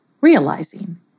realizing